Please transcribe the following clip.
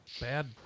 bad